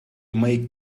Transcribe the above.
make